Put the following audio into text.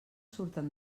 surten